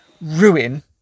ruin